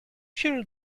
sure